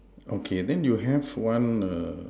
okay then you have one err